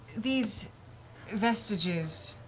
these vestiges